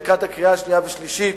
לקראת הקריאה השנייה והשלישית,